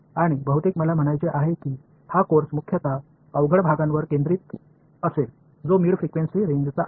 आणि बहुतेक मला म्हणायचे आहे की हा कोर्स मुख्यतः अवघड भागावर केंद्रित असेल जो मिड फ्रिक्वेन्सी रेंजचा आहे